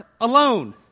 alone